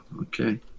okay